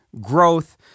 growth